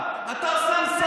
אתה מוכן למכור,